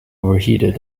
overheated